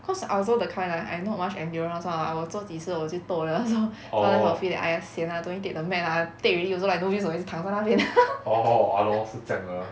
cause I also the kind like I not much endurance [one] I will 做几次我就 toh 了 so sometimes I will feel that !aiya! sian lah don't need take the mat lah take already also like no use 我一直躺在那边